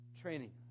training